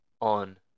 on